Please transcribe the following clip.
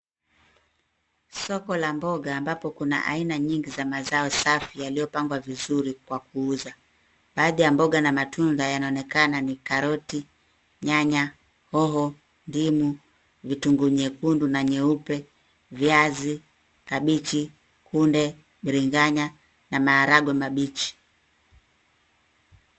Soko la mboga ambapo kuna aina nyingi za mazao safi yaliyopangwa vizuri kwa kuuza. Baadhi ya mboga na matunda yanaonekana ni karoti, nyanya, hoho, ndimu, vitunguu nyekundu na nyeupe, viazi, kabichi, kunde, biringanya na maharagwe mabichi.